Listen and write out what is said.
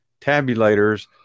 tabulators